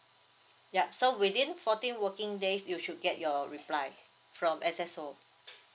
yup so within fourteen working days you should get your reply from S_S_O